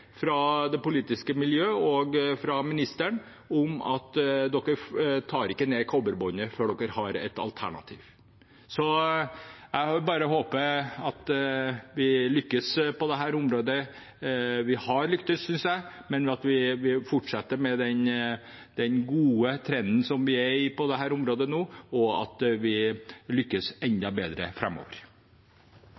fra det politiske miljøet og fra ministeren om ikke å ta ned kobberbåndet før de har et alternativ. Jeg bare håper at vi lykkes på dette området. Vi har lyktes, synes jeg, men jeg håper at vi fortsetter med den gode trenden som vi er inne i på dette området nå, og at vi lykkes